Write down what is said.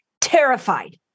terrified